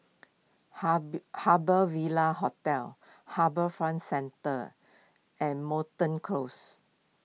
Harbour Ville Hotel HarbourFront Centre and Moreton Close